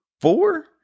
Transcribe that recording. four